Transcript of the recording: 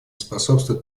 способствует